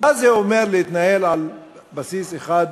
מה זה אומר להתנהל על בסיס 1